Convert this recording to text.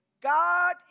God